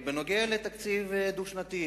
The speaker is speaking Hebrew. בנוגע לתקציב הדו-שנתי,